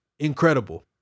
incredible